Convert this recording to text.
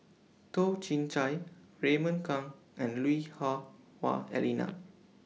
Toh Chin Chye Raymond Kang and Lui Hah Wah Elena